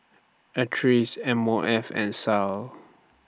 Acres M O F and Sal